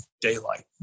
daylight